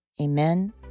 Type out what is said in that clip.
Amen